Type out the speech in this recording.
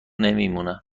نمیمونه